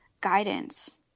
guidance